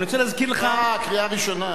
אני רוצה להזכיר לך, אה, קריאה ראשונה.